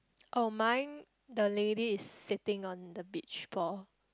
oh mine the lady is sitting on the beach ball